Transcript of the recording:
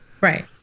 Right